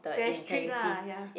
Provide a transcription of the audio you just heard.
very strict lah ya